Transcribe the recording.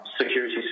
security